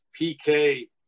PK